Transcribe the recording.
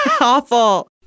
Awful